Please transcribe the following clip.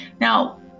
Now